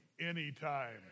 anytime